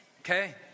Okay